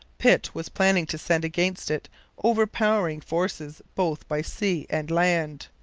pitt was planning to send against it overpowering forces both by sea and land.